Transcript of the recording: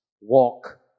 Walk